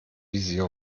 visier